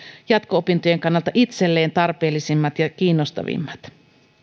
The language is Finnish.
jatko opintojen kannalta itselleen tarpeellisimmat ja kiinnostavimmat